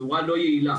בצורה לא יעילה.